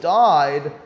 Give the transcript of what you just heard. died